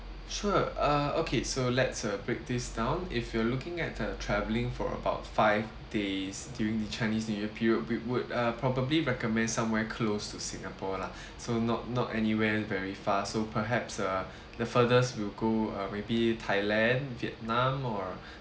sure uh okay so let's uh break this down if you're looking at the travelling for about five days during the chinese new year period we would uh probably recommend somewhere close to singapore lah so not not anywhere very far so perhaps uh the furthest we'll go uh maybe thailand vietnam or